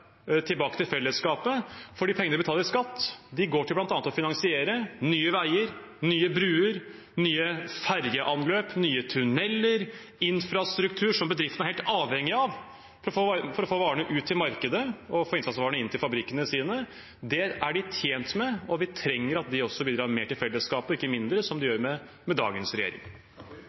de betaler i skatt, går bl.a. til å finansiere nye veier, nye bruer, nye ferjeanløp, nye tuneller – infrastruktur som bedriftene er helt avhengig av for å få varene ut til markedet og innsatsvarene inn til fabrikkene sine. Det er de tjent med, og vi trenger at de også bidrar mer til fellesskapet – ikke mindre, som de gjør med dagens regjering.